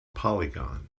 polygon